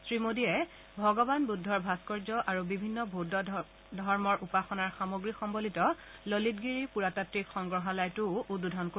শ্ৰীমোডীয়ে লগতে ভগৱান বৃদ্ধৰ ভাস্কৰ্য্য আৰু বিভিন্ন বৌদ্ধ ধৰ্মৰ উপাসনাৰ সামগ্ৰী সম্মলিত ললিতগিৰি পুৰাতাত্বিক সংগ্ৰহালয়টোও উদ্বোধন কৰিব